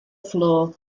floor